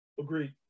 Agreed